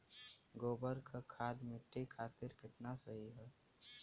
गोबर क खाद्य मट्टी खातिन कितना सही ह?